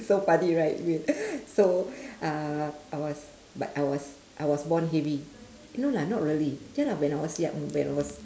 so funny right weird so uh I was but I was I was born heavy no lah not really K lah when I was young when I was